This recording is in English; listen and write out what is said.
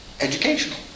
educational